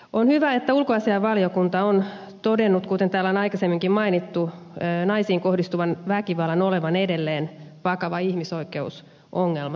on hyvä että ulkoasiainvaliokunta on todennut kuten täällä on aikaisemminkin mainittu naisiin kohdistuvan väkivallan olevan edelleen vakava ihmisoikeusongelma suomessa